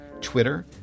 Twitter